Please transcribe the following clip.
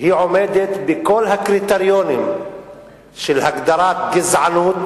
היא עומדת בכל הקריטריונים של הגדרת גזענות